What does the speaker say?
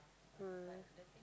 ah